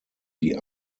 die